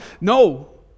No